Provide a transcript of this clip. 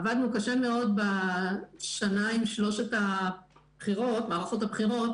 עבדנו קשה מאוד בשנה עם שלוש מערכות הבחירות,